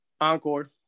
Encore